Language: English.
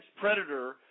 Predator